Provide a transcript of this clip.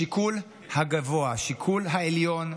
השיקול הגבוה, השיקול העליון,